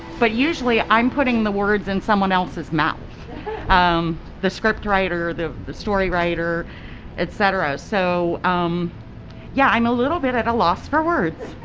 but usually i'm putting the words in someone else's mouth um the scriptwriter the story writer etc so um yeah i'm a little bit at a loss for words.